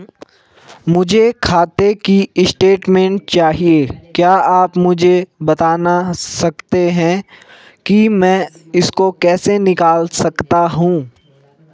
मुझे खाते की स्टेटमेंट चाहिए क्या आप मुझे बताना सकते हैं कि मैं इसको कैसे निकाल सकता हूँ?